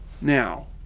Now